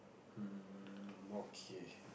um okay